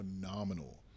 phenomenal